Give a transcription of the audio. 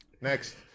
Next